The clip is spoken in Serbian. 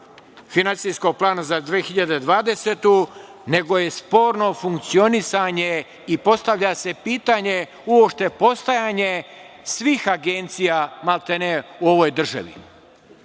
Finansijskog plana za 2020. godinu, nego je sporno funkcionisanje i postavlja se pitanje uopšte postojanje svih agencija maltene u ovoj državi.Sećamo